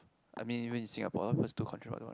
I mean even in Singapore